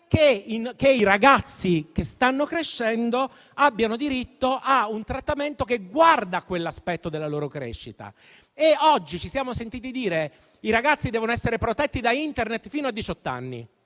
che i ragazzi che stanno crescendo abbiano diritto a un trattamento che guarda quell'aspetto della loro crescita. Oggi, in Commissione, ci siamo sentiti dire che i ragazzi devono essere protetti da Internet fino a diciotto